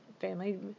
family